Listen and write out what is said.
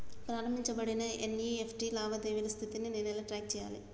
ప్రారంభించబడిన ఎన్.ఇ.ఎఫ్.టి లావాదేవీల స్థితిని నేను ఎలా ట్రాక్ చేయాలి?